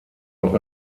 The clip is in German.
auch